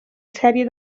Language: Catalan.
sèrie